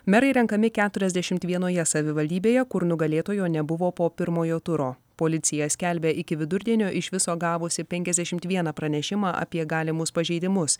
merai renkami keturiasdešimt vienoje savivaldybėje kur nugalėtojo nebuvo po pirmojo turo policija skelbia iki vidurdienio iš viso gavusi penkiasdešimt vieną pranešimą apie galimus pažeidimus